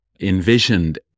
envisioned